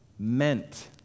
meant